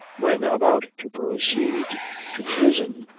when about to proceed to prison,